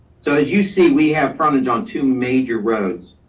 so as you see, we have frontage on two major roads,